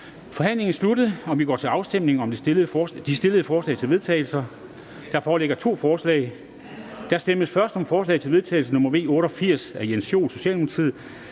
Forhandlingen er sluttet, og vi går til afstemning om de stillede forslag til vedtagelse. Der foreligger to forslag. Der stemmes først om forslag til vedtagelse nr. V 88 af Jens Joel (S), Anne Sophie